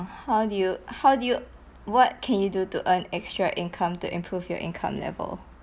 how do you how do you what can you do to earn extra income to improve your income level